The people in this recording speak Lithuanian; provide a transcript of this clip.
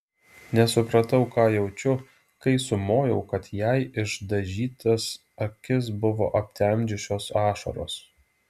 nesupratau ką jaučiu kai sumojau kad jai išdažytas akis buvo aptemdžiusios ašaros